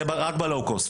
זה רק ב-low cost,